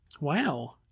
Wow